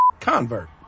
convert